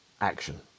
action